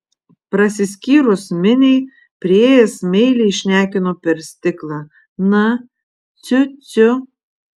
prasiskyrus miniai priėjęs meiliai šnekino per stiklą na ciu ciu